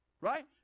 Right